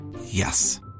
Yes